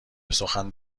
بسخن